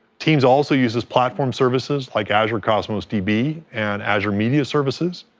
teams also uses platform services like azure cosmos db and azure media services,